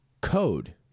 code